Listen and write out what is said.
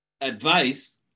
advice